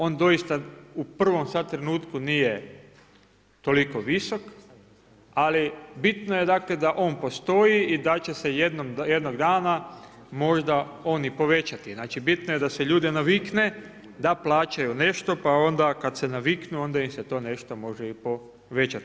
On doista u prvom sada trenutku nije toliko visok, ali bitno je da on postoji i da će se jednog dana možda on i povećati, znači bitno da da se ljude navikne da plaćaju nešto, pa kada se naviknu onda im se to nešto može i povećati.